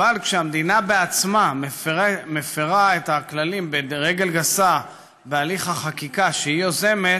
אבל כשהמדינה בעצמה מפירה את הכללים ברגל גסה בהליך החקיקה שהיא יוזמת,